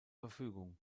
verfügung